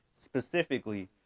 Specifically